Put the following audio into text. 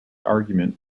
argument